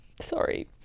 Sorry